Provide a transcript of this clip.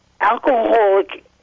alcoholic